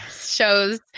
shows